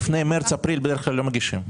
לפני מרץ-אפריל בדרך כלל לא מגישים.